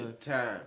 time